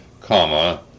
comma